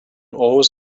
always